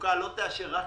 שחוקה לא תאשר רק